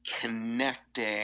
connecting